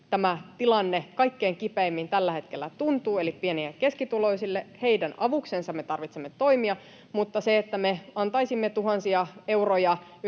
tämä tilanne kaikkein kipeimmin tällä hetkellä tuntuu, eli pieni- ja keskituloisille, me tarvitsemme toimia. Mutta siihen, että me antaisimme tuhansia euroja